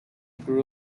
grew